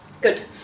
Good